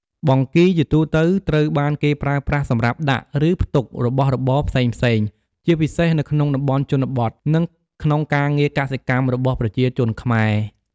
បង្គីជាទូទៅត្រូវបានគេប្រើប្រាស់សម្រាប់ដាក់ ឬផ្ទុករបស់របរផ្សេងៗ ជាពិសេសនៅក្នុងតំបន់ជនបទ និងក្នុងការងារកសិកម្មរបស់ប្រជាជនខ្មែរ។